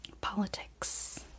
Politics